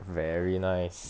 very nice